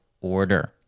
order